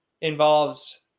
involves